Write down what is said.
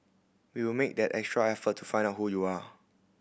we will make that extra effort to find out who you are